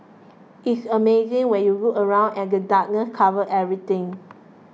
it's amazing when you look around and the darkness covers everything